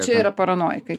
čia yra paranojikai